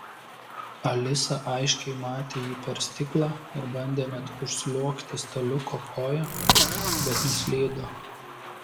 alisa aiškiai matė jį per stiklą ir bandė net užsliuogti staliuko koja bet nuslydo